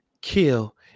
kill